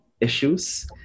issues